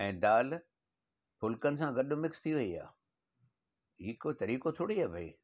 ऐं दाल फुलिकनि सां गॾु मिक्स थी वई आहे हीउ को तरीक़ो थोरी आहे भाई